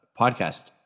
podcast